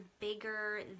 bigger